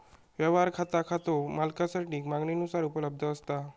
व्यवहार खाता खातो मालकासाठी मागणीनुसार उपलब्ध असता